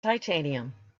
titanium